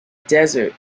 desert